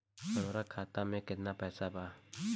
हमार खाता मे केतना पैसा बा?